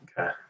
okay